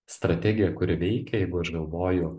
strategija kuri veikia jeigu aš galvoju